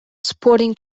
sporting